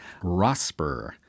Rosper